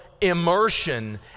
immersion